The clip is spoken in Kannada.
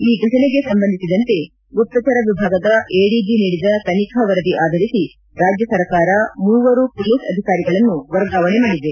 ಈ ಫಟನೆಗೆ ಸಂಬಂಧಿಸಿದಂತೆ ಗುಪ್ತಚರ ವಿಭಾಗದ ಎಡಿಜಿ ನೀಡಿದ ತನಿಖಾ ವರದಿ ಆಧರಿಸಿ ರಾಜ್ಯ ಸರ್ಕಾರ ಮೂವರು ಪೊಲೀಸ್ ಅಧಿಕಾರಿಗಳನ್ನು ವರ್ಗಾವಣೆ ಮಾಡಿದೆ